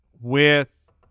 with-